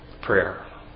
Prayer